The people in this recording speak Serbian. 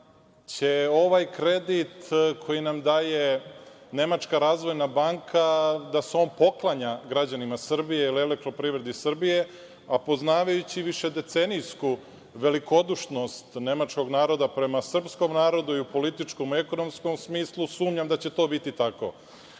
se ovaj kredit koji nam daje Nemačka razvojna banka poklanja građanima Srbije ili EPS-u, a poznavajući višedecenijsku velikodušnost nemačkog naroda prema srpskom narodu i u političkom i u ekonomskom smislu, sumnjam da će to biti tako.